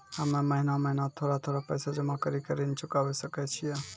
हम्मे महीना महीना थोड़ा थोड़ा पैसा जमा कड़ी के ऋण चुकाबै सकय छियै?